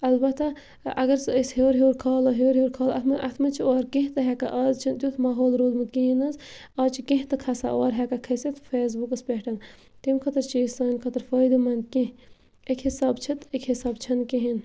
اَلبتہ اَگر سُہ أسۍ ہیوٚر ہیوٚر کھالو ہیوٚر ہیوٚر کھالو اَتھ مہ اتھ منٛز چھِ اورٕ کینٛہہ تہِ ہٮ۪کان آز چھِنہٕ تیُتھ ماحول روٗدمُت کِہیٖنۍ نہٕ حظ آز چھِ کینٛہہ تہِ کھسان اورٕ ہٮ۪کان کھٔسِتھ فیسبُکَس پٮ۪ٹھ تمہِ خٲطرٕ چھِ یہِ سانہِ خٲطرٕ فٲیدٕ مَنٛد کینٛہہ اَکہِ حِسابہٕ چھِ تہٕ اَکہِ حِساب چھِنہٕ کِہیٖنۍ